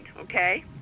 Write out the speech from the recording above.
okay